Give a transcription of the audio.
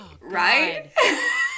Right